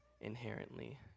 inherently